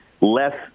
less